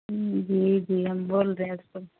ہوں جی جی ہم بول رہے ہیں اس کو